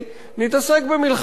נתעסק במלחמה,